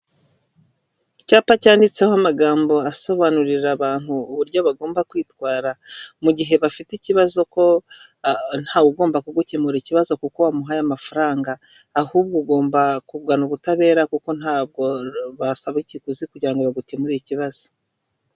Icyapa cyanditseho amagambo asobanurira abantu uburyo bagomba kwitwara mu gihe bafite ikibazo, ko ntawe ugomba kugukemura ikibazo kuko wamuhaye amafaranga, ahubwo ugomba kugana ubutabera kuko ntabwo basaba ikiguzi kugira ngo bagukemure ikibazo.